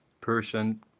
person